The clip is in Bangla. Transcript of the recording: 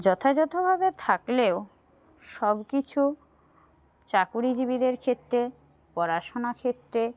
যথাযথভাবে থাকলেও সবকিছু চাকুরীজীবীদের ক্ষেত্রে পড়াশোনার ক্ষেত্রে